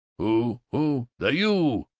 who, who? the u!